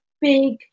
big